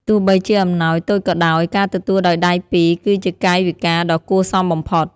ទោះបីជាអំណោយតូចក៏ដោយ ការទទួលដោយដៃពីរគឺជាកាយវិការដ៏គួរសមបំផុត។